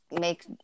make